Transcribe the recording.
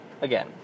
again